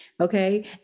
Okay